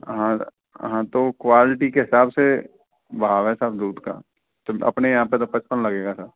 हाँ हाँ तो क्वालिटी के हिसाब से भाव है साब दूध का तो अपने यहाँ पे तो पचपन लगेगा सर